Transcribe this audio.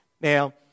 Now